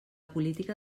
política